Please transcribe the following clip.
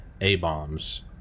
A-bombs